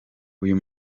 uyu